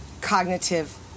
cognitive